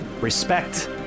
Respect